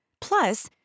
Plus